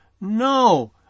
No